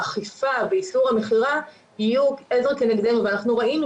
בארצות הברית שלא תאכוף את איסור המכירה לקטינים מאבדת